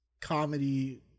comedy